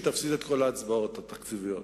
היא תפסיד בכל ההצבעות התקציביות.